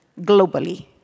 globally